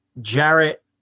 Jarrett